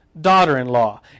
daughter-in-law